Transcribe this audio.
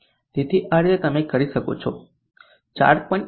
તેથી આ રીતે તમે કરી શકો છો 4